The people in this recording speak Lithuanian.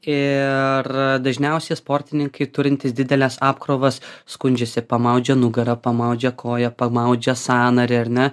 ir dažniausiai sportininkai turintys dideles apkrovas skundžiasi pamaudžia nugarą pamaudžia koją pamaudžia sąnarį ar ne